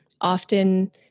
often